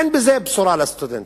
אין בזה בשורה לסטודנט.